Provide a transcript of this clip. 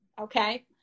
Okay